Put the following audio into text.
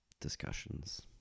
discussions